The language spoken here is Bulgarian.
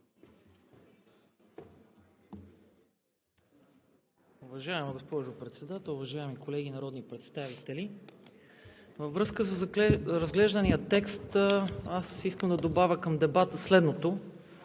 разглеждания текст аз искам да добавя към дебата следното,